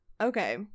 Okay